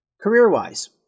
Career-wise